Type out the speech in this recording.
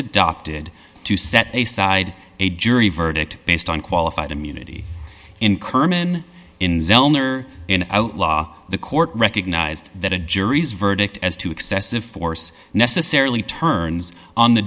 adopted to set a side a jury verdict based on qualified immunity in kerman in law the court recognized that a jury's verdict as to excessive force necessarily turns on the